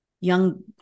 young